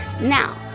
now